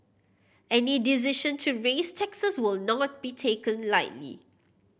any decision to raise taxes will not be taken lightly